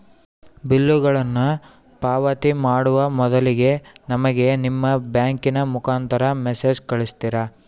ಬಿಲ್ಲುಗಳನ್ನ ಪಾವತಿ ಮಾಡುವ ಮೊದಲಿಗೆ ನಮಗೆ ನಿಮ್ಮ ಬ್ಯಾಂಕಿನ ಮುಖಾಂತರ ಮೆಸೇಜ್ ಕಳಿಸ್ತಿರಾ?